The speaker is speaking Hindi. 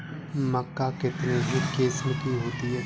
मक्का कितने किस्म की होती है?